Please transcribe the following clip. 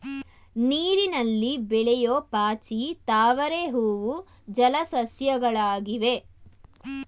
ನೀರಿನಲ್ಲಿ ಬೆಳೆಯೂ ಪಾಚಿ, ತಾವರೆ ಹೂವು ಜಲ ಸಸ್ಯಗಳಾಗಿವೆ